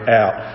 out